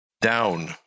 Down